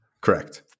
correct